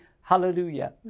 hallelujah